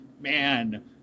man